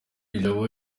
ijabo